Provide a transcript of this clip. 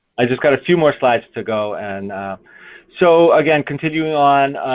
i just got a few more slides to go. and so again, continuing on,